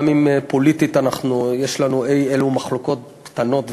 גם אם פוליטית יש לנו אי-אלו מחלוקות קטנות וזניחות,